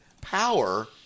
power